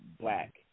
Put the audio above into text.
black